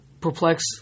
perplex